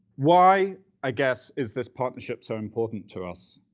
why, i guess, is this partnership so important to us?